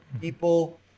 people